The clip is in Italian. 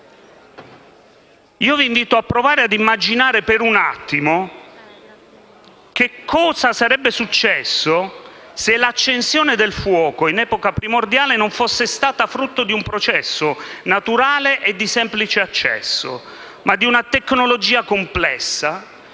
e aziende. Provate ad immaginare per un attimo cosa sarebbe successo se l'accensione del fuoco in epoca primordiale non fosse stata frutto di un processo naturale e di semplice accesso, ma di una tecnologia complessa